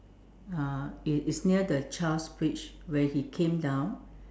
uh it is near the child's preach when he came down